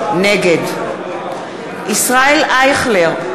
נגד ישראל אייכלר,